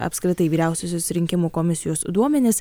apskritai vyriausiosios rinkimų komisijos duomenis